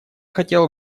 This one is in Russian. хотела